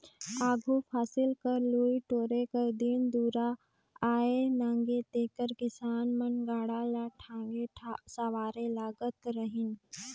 आघु फसिल कर लुए टोरे कर दिन दुरा आए नगे तेकर किसान मन गाड़ा ल ठाठे सवारे लगत रहिन